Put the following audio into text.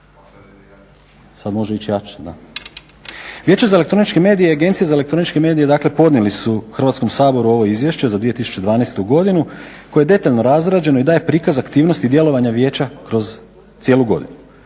Sad može ići jače. Vijeće za elektroničke medije i agencija za elektroničke medije dakle podnijeli su Hrvatskom saboru ovo izvješće za 2012.godinu koje je detaljno razrađeno i daje prikaz aktivnosti djelovanja vijeća kroz cijelu godinu.